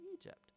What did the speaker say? Egypt